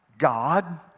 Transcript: God